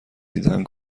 دیدن